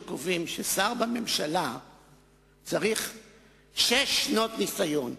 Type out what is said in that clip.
קובעים ששר בממשלה צריך שש שנות ניסיון.